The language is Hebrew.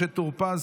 משה טור פז,